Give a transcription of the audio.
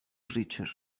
creature